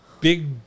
Big